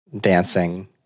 dancing